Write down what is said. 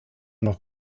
noch